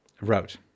wrote